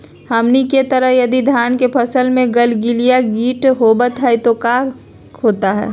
हमनी के तरह यदि धान के फसल में गलगलिया किट होबत है तो क्या होता ह?